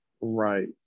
Right